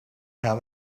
how